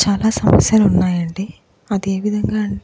చాలా సమస్యలు ఉన్నాయండి అది ఏ విధంగా అంటే